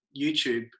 YouTube